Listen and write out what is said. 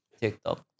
TikTok